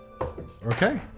Okay